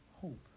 hope